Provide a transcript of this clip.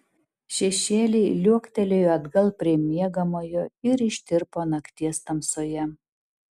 šešėliai liuoktelėjo atgal prie miegamojo ir ištirpo nakties tamsoje